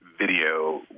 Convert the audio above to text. video